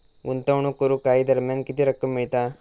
गुंतवणूक करून काही दरम्यान किती रक्कम मिळता?